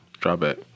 drawback